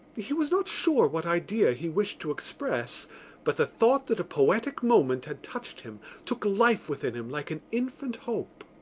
he was not sure what idea he wished to express but the thought that a poetic moment had touched him took life within him like an infant hope.